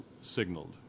signaled